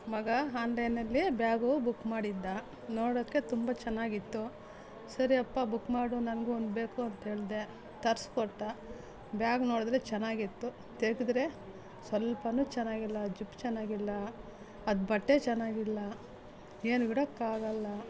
ಮಗ ಆನ್ಲೈನಲ್ಲಿ bag book ಮಾಡಿದ್ದ ನೋಡೋದಕ್ಕೆ ತುಂಬ ಚೆನ್ನಾಗಿತ್ತು ಸರಿಯಪ್ಪ ಬುಕ್ ಮಾಡು ನನಗೂ ಒಂದು ಬೇಕು ಅಂಥೇಳ್ದೆ ತರಿಸ್ಕೊಟ್ಟ ಬ್ಯಾಗ್ ನೋಡಿದ್ರೆ ಚೆನ್ನಾಗಿತ್ತು ತೆಗೆದ್ರೆ ಸ್ವಲ್ಪವೂ ಚೆನ್ನಾಗಿಲ್ಲ ಜಿಪ್ ಚೆನ್ನಾಗಿಲ್ಲ ಅದು ಬಟ್ಟೆ ಚೆನ್ನಾಗಿಲ್ಲ ಏನೂ ಇಡೋಕ್ಕಾಗೊಲ್ಲ